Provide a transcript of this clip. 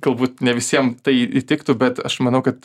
galbūt ne visiem tai įtiktų bet aš manau kad